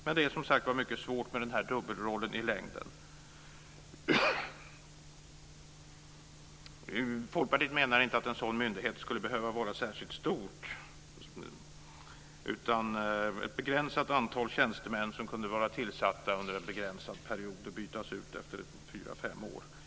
Men det är, som sagt, mycket svårt med denna dubbelroll i längden. Folkpartiet menar att en sådan myndighet inte skulle behöva vara särskilt stor. Det räcker med ett begränsat antal tjänstemän som kunde vara tillsatta under en begränsad period och bytas ut efter fyra fem år.